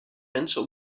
mensen